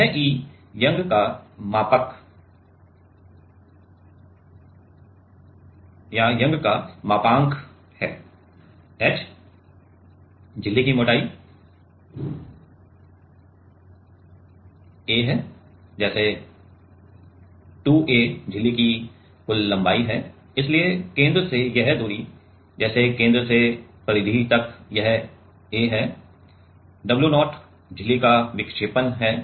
यह E Young का मापांक है h झिल्ली की मोटाई है a है जैसे 2a झिल्ली की कुल लंबाई है और इसलिए केंद्र से यह दूरी जैसे केंद्र से परिधि तक यह a है w0 झिल्ली का विक्षेपण है